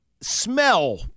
smell